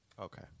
Okay